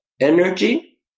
energy